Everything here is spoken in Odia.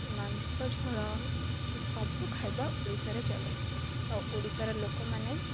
ମାଂସଝୋଳ ଏସବୁ ଖାଇବା ଓଡ଼ିଶାରେ ଚାଲେ ଆଉ ଓଡ଼ିଶାର ଲୋକମାନେ